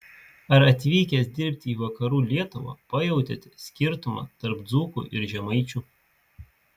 ar atvykęs dirbti į vakarų lietuvą pajautėte skirtumą tarp dzūkų ir žemaičių